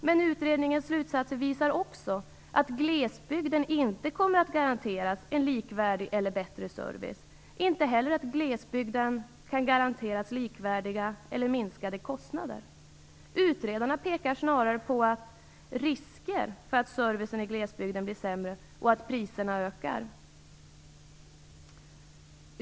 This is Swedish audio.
Men utredningens slutsatser visar också att glesbygden inte kommer att garanteras en likvärdig eller bättre service, inte heller att glesbygden kan garanteras likvärdiga eller minskade kostnader. Utredarna pekar snarare på risker för att servicen i glesbygden blir sämre och att priserna ökar.